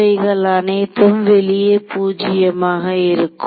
இவைகள் அனைத்தும் வெளியே பூஜ்யமாக இருக்கும்